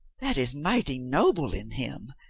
that is mighty noble in him,